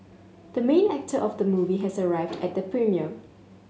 the main actor of the movie has arrived at the premiere